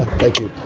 thank you,